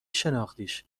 شناختیش